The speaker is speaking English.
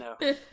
No